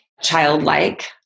childlike